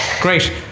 great